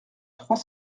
trois